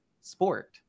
sport